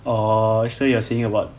oh so you're saying about